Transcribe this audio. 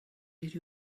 nid